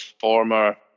former